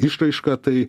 išraiška tai